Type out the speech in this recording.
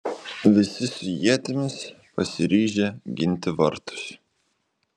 visi su ietimis pasiryžę ginti vartus